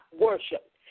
worship